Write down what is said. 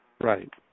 Right